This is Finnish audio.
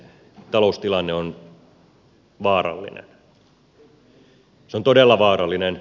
se on todella vaarallinen